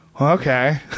Okay